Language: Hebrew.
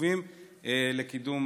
חשובים לקידום